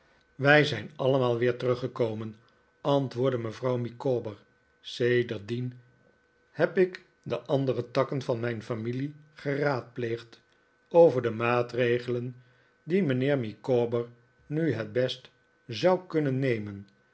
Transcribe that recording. wij zijn allemaal weer teruggekomen antwoordde mevrouw micawber sedert dien heb ik de andere takken van mijn familie geraadpleegd over de maatregelen die mijnheer micawber nu het best zou kunnen nemen